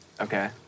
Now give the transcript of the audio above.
Okay